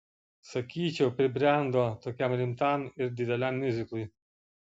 sakyčiau pribrendo tokiam rimtam ir dideliam miuziklui